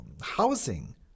housing